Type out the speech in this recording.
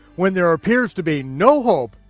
when there appears to be no hope,